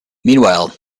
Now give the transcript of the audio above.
meanwhile